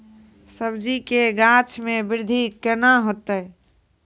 सब्जी के गाछ मे बृद्धि कैना होतै?